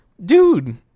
dude